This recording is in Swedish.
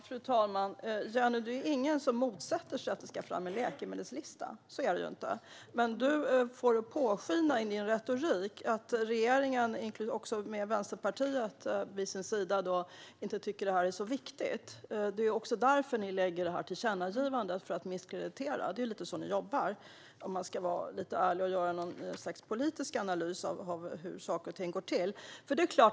Fru talman! Det är ingen som motsätter sig, Jenny Petersson, att det ska tas fram en läkemedelslista. Men du låter påskina i din retorik att regeringen, med Vänsterpartiet vid sin sida, inte tycker att förslaget är så viktigt. Det är därför ni gör tillkännagivandet, det vill säga för att misskreditera. Det är så ni jobbar, om jag ska vara ärlig och göra en politisk analys av hur saker och ting går till.